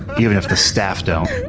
even if the staff don't.